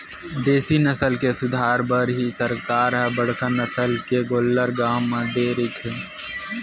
देसी नसल के सुधार बर ही सरकार ह बड़का नसल के गोल्लर गाँव म दे रहिथे